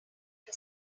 que